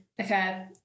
Okay